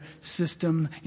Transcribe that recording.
system